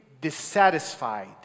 dissatisfied